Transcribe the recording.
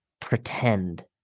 pretend